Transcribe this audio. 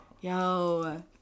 Yo